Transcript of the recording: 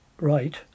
right